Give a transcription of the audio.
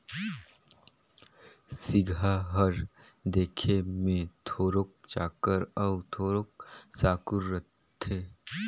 सिगहा हर देखे मे थोरोक चाकर अउ थोरोक साकुर रहथे